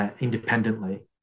independently